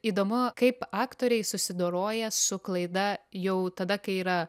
įdomu kaip aktoriai susidoroja su klaida jau tada kai yra